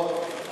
אה, טוב.